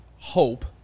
hope